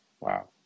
Wow